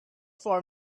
for